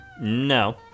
No